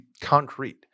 concrete